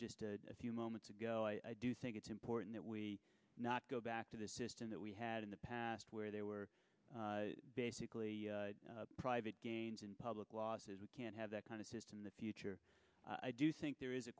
just a few moments ago i do think it's important that we not go back to the system that we had in the past where there were basically private gains in public law says we can't have that kind of system the future i do think there is a